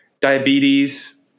diabetes